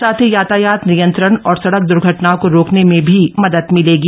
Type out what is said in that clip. साथ ही यातायात नियंत्रण और सड़क दुर्घटनाओं को रोकने में भी मदद मिलेगी